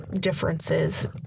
differences